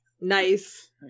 Nice